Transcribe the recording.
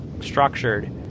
structured